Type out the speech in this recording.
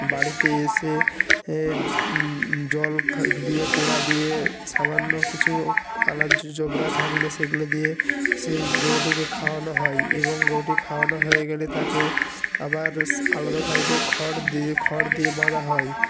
বাড়িতে এসে এ জল খাক দিয়ে কোড়া দিয়ে সামান্য কিছু আনাজ জবরা থাকলে সেগুলো দিয়ে সেই গরুটিকে খাওয়ানো হয় এবং গরুটি খাওয়ানো হয়ে গেলে তাকে আবার আলাদা সাইডে খড় দিয়ে খড় দিয়ে বাঁধা হয়